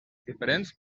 diferents